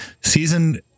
Season